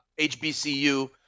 HBCU